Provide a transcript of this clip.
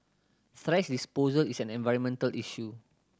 thrash disposal is an environmental issue